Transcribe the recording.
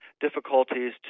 difficulties